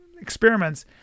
experiments